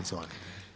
Izvolite.